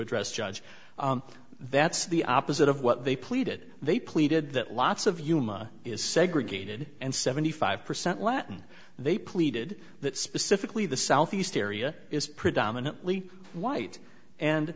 address judge that's the opposite of what they pleaded they pleaded that lots of yuma is segregated and seventy five percent latin they pleaded that specifically the southeast area is predominantly white and